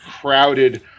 crowded